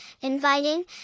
inviting